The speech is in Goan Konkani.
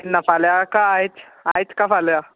ना फाल्यां कांय आयज आयज कांय फाल्यां